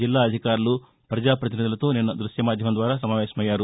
జిల్లా అధికారులు ప్రజాప్రతినిధులతో నిన్న దృశ్య మాధ్యమం ద్వారా సమావేశమయ్యారు